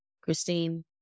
Christine